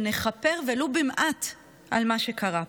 שנכפר ולו במעט על מה שקרה פה.